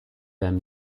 them